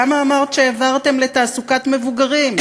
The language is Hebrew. כמה אמרת שהעברתם לתעסוקת מבוגרים?